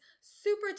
super